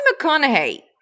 McConaughey